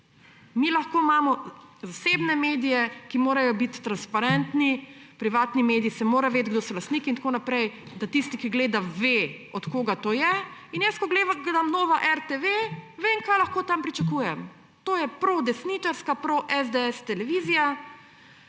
Mi lahko imamo zasebne medije, ki morajo biti transparentni, za privatne medije se mora vedeti, kdo so lastniki in tako naprej, da tisti, ki gleda, ve, od koga to je. In ko jaz gledam Nova24TV, vem, kaj lahko tam pričakujem. To je prodesničarska, proesdees televizija